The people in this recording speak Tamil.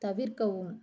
தவிர்க்கவும்